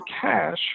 cash